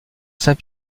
saint